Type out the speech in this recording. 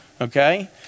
okay